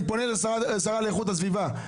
אני פונה לשרה לאיכות הסביבה.